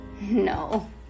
No